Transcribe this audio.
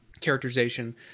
characterization